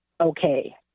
okay